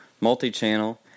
multi-channel